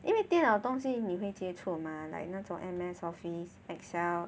因为电脑东西你会接触 mah like 那种 M_S Office Excel